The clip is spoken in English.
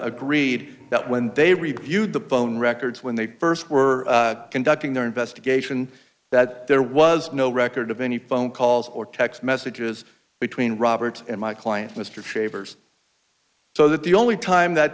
agreed that when they reviewed the phone records when they st were conducting their investigation that there was no record of any phone calls or text messages between robert and my client mr shavers so that the only time that